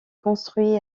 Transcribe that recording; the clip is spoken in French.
construits